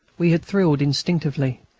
we had thrilled instinctively.